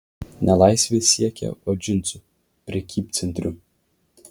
ne laisvės siekė o džinsų prekybcentrių